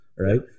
Right